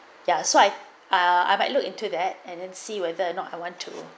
ya so I ah I might look into that and then see whether or not I want to